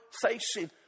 facing